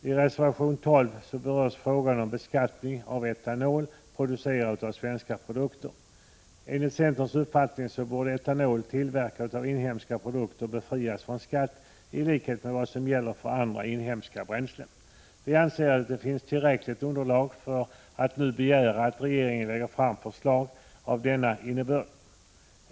I reservation 12 berörs frågan om beskattning av etanol, producerad av svenska produkter. Enligt centerns uppfattning borde etanol, tillverkad av inhemska råvaror, befrias från skatt i likhet med vad som gäller för andra inhemska bränslen. Vi anser att det finns tillräckligt underlag för att nu begära att regeringen lägger fram förslag av denna innebörd.